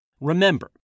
Remember